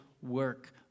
work